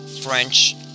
French